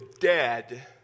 dead